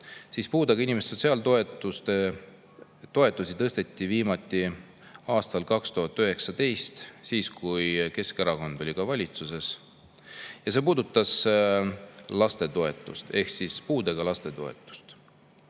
siis puudega inimeste sotsiaaltoetusi tõsteti viimati aastal 2019, kui ka Keskerakond oli valitsuses, ja see puudutas lastetoetust ehk puudega laste toetust.